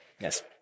Yes